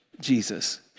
Jesus